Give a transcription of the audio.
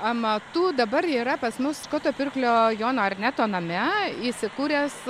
amatų dabar yra pas mus škoto pirklio jono arneto name įsikūręs